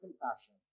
compassion